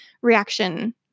reaction